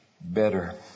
better